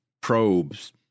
probes